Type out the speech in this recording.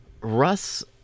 Russ